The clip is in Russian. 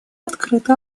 открыто